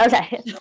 Okay